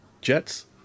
jets